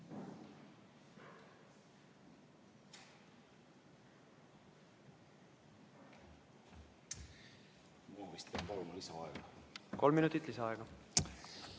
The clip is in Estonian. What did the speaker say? Kolm minutit lisaaega.